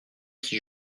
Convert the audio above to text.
qui